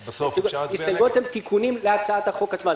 הסתייגויות הן תיקונים להצעת החוק עצמה.